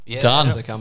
Done